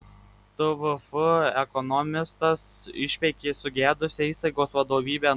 tvf ekonomistas išpeikė sugedusią įstaigos vadovybę